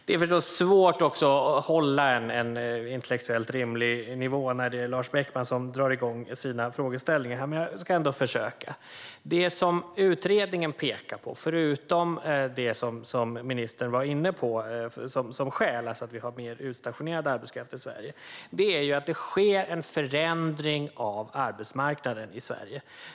Det är svårt att hålla en intellektuellt rimlig nivå när Lars Beckman drar igång sina frågeställningar, men jag ska ändå försöka. Det som utredningen pekar på - förutom det som ministern var inne på som skäl, alltså att vi har utstationerad arbetskraft i Sverige - är att det sker en förändring av arbetsmarknaden i Sverige.